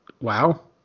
wow